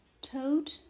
Toad